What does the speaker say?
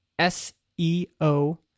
SEO